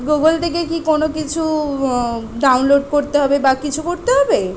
Google থেকে কি কোনো কিছু ডাউনলোড করতে হবে বা কিছু করতে হবে